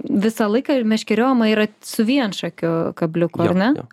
visą laiką ir meškeriojama yra su vienšakiu kabliuku ar ne